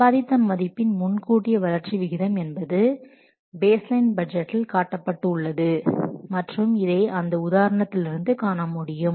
சம்பாதித்த மதிப்பின் முன்கூட்டிய வளர்ச்சி விகிதம் என்பது பேஸ் லைன் பட்ஜெட்டில் காட்டப்பட்டு உள்ளது மற்றும் அதை இந்த உதாரணத்திலிருந்து காண முடியும்